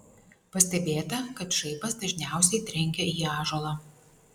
pastebėta kad žaibas dažniausiai trenkia į ąžuolą